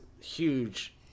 huge